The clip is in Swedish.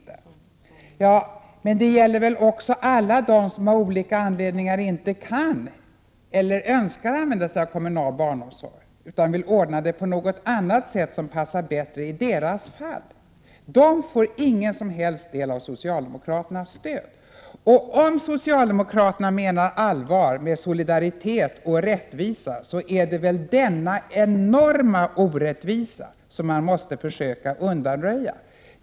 Men denna orättvisa gäller väl även alla som av olika anledningar inte kan eller önskar använda sig av kommunal barnomsorg utan vill ordna den på ett annat sätt som passar dem bättre. Dessa människor får inte någon som helst del av socialdemokraternas stöd. Om socialdemokraterna menar allvar med sitt tal om solidaritet och rättvisa är det väl denna enorma orättvisa som de måste försöka undanröja.